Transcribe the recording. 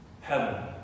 heaven